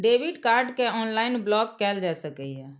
debit card कें online block कैल जा सकैए